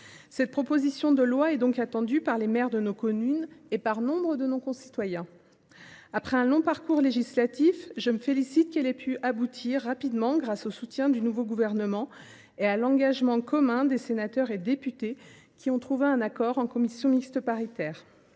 Cette proposition de loi est donc attendue par les maires de nos communes et par nombre de nos concitoyens. Après un long parcours législatif, je me félicite qu’elle aboutisse grâce au soutien du nouveau gouvernement et à l’engagement commun des sénateurs et des députés, qui ont trouvé un accord en commission mixte paritaire.